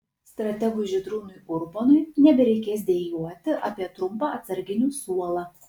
strategui žydrūnui urbonui nebereikės dejuoti apie trumpą atsarginių suolą